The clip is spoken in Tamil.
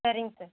சரிங்க சார்